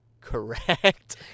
correct